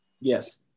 Yes